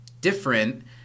different